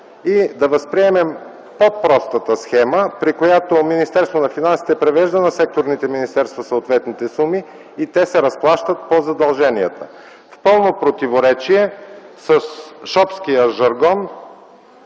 и да възприемем по-простата схема, при която Министерството на финансите превежда на секторните министерства съответните суми и те се разплащат по задълженията. В пълно противоречие с шопския жаргон,